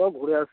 চ ঘুরে আসি